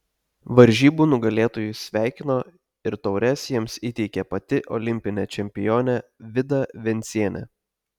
varžybų nugalėtojus sveikino ir taures jiems įteikė pati olimpinė čempionė vida vencienė